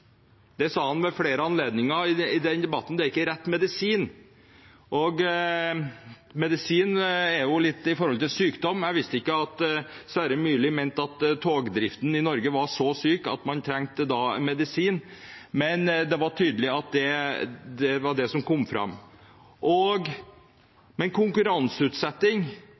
Det sa han ved flere anledninger i den debatten – det er ikke rett medisin. Medisin er jo for sykdom. Jeg visste ikke at Sverre Myrli mente at togdriften i Norge var så syk at den trengte medisin – det var tydelig at det var det som framkom. Men konkurranseutsetting er ikke noen medisin, det er et verktøy for å få det beste tilbudet og